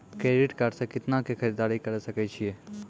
Credit card से कितना के खरीददारी करे सकय छियै?